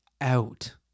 out